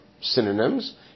synonyms